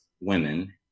women